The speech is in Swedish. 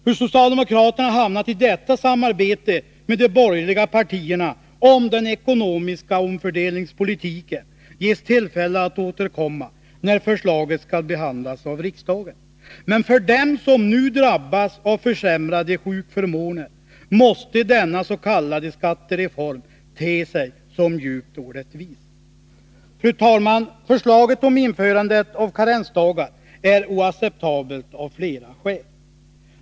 Hur socialdemokraterna har hamnat i detta samarbete med de borgerliga partierna om den ekonomiska omfördelningspolitiken får vi tillfälle att återkomma till, när förslaget skall behandlas av riksdagen. Men för dem som nu drabbas av försämrade sjukförmåner måste dennas.k. skattereform te sig djupt orättvis. Fru talman! Förslaget om införande av karensdagar är oacceptabelt av flera skäl.